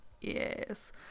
Yes